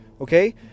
Okay